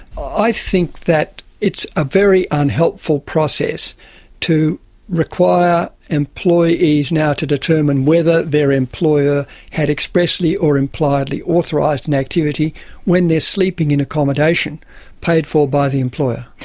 i think that it's a very unhelpful process to require employees now to determine whether their employer had expressly or impliedly authorised an activity when they are sleeping in accommodation paid for by the employer.